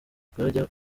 twajya